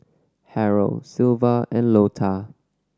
Harrell Sylva and Lota